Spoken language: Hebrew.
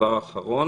דבר אחרון